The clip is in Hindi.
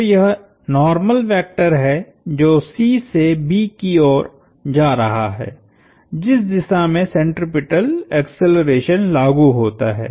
तो यह नार्मल वेक्टर है जो C से B की ओर जा रहा है जिस दिशा में सेंट्रिपेटल एक्सेलेरेशन लागु होता है